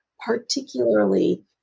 particularly